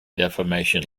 defamation